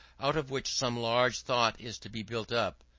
out of which some large thought is to be built up,